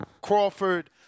Crawford